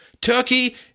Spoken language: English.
Turkey